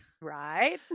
Right